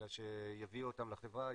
אלא שיביאו אותם לחברה,